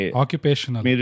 occupational